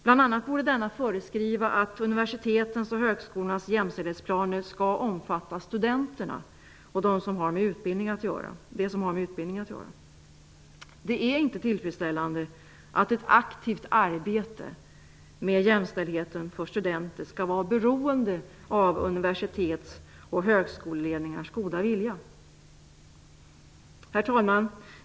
Bl.a. borde denna föreskriva att universitetens och högskolornas jämställdhetsplaner skall omfatta studenterna och det som har med utbildning att göra. Det är inte tillfredsställande att ett aktivt arbete med jämställdheten för studenter skall vara beroende av universitets och högskoleledningarnas goda vilja. Herr talman!